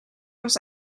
was